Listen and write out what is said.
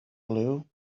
blue